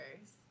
first